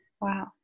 Wow